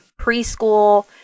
preschool